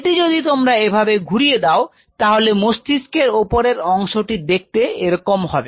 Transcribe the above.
এটি যদি তোমরা এভাবে ঘুরিয়ে দাও তাহলে মস্তিষ্কের উপরের অংশটি দেখতে এরকম হবে